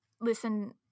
listen